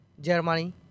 Germany